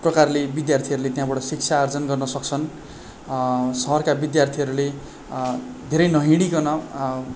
प्रकारले विद्यार्थीहरूले त्यहाँबाट शिक्षा आर्जन गर्न सक्छन् सहरका विद्यार्थीहरूले धेरै नहिँडिकन